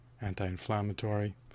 anti-inflammatory